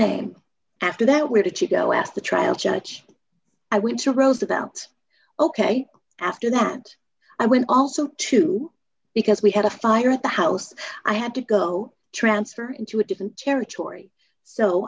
name after that where did she go ask the trial judge i went to roosevelt ok after that i went also to because we had a fire at the house i had to go transfer into a different territory so